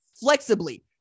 flexibly